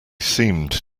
seemed